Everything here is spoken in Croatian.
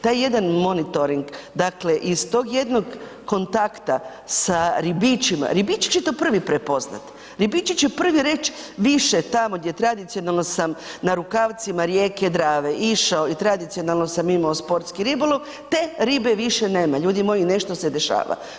Taj jedan monitoring, dakle iz tog jednog kontakta sa ribičima, ribiči će to prvi prepoznati, ribiči će prvi reći više tamo gdje tradicionalno sam na rukavcima rijeke Drave išao i tradicionalno sam imao sportski ribolov, te ribe više nema, ljudi moji nešto se dešava.